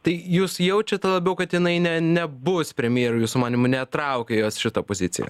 tai jūs jaučiat labiau kad jinai ne nebus premjerė jūsų manymu netraukia jos šita pozicija